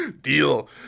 Deal